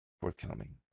forthcoming